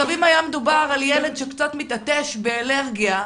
אם היה מדובר על ילד שקצת מתעטש באלרגיה,